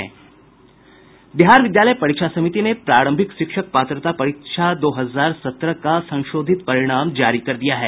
बिहार विद्यालय परीक्षा समिति ने प्रारंभिक शिक्षक पात्रता परीक्षा दो हजार सत्रह का संशोधित परिणाम जारी कर दिया है